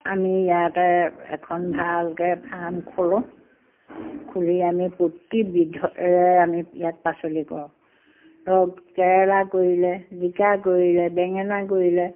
আমি ইয়াতে এখন ভালকৈ ফাৰ্ম খোলোঁ খুলি আমি প্ৰতিবিধৰে আমি ইয়াত পাচলি কৰোঁ ধৰক কেৰেলা কৰিলে জিকা কৰিলে বেঙেনা কৰিলে